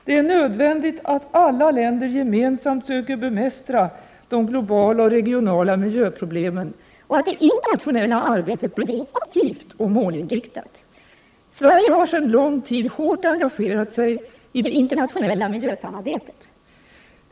Det är nödvändigt att alla länder gemensamt söker bemästra de globala och regionala miljöproblemen och att det internationella arbetet bedrivs effektivt och målinriktat. Sverige har sedan lång tid hårt engagerat sig i det internationella miljösamarbetet.